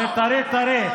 זה טרי-טרי,